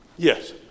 Yes